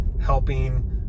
helping